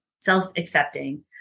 self-accepting